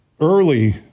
early